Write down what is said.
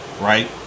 Right